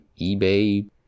eBay